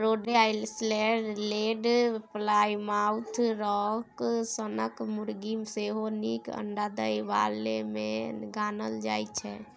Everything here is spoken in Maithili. रोडे आइसलैंड रेड, प्लायमाउथ राँक सनक मुरगी सेहो नीक अंडा दय बालीमे गानल जाइ छै